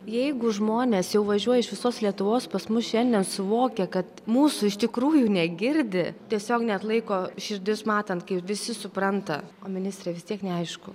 jeigu žmonės jau važiuoja iš visos lietuvos pas mus šiandien suvokę kad mūsų iš tikrųjų negirdi tiesiog neatlaiko širdis matant kaip visi supranta o ministrei vis tiek neaišku